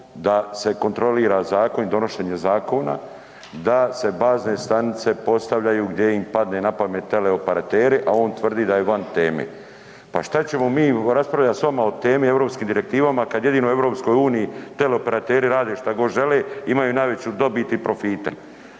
da se kontrolira zakon i donošenje zakona, da se bazne stanice postavljaju gdje im padne napamet teleoperateri, a on tvrdi da je van teme. Pa šta ćemo mi raspravljat s vama o temi i europskim direktivama kada jedino u EU teleoperateri rade šta god žele, imaju najveću dobit i profite,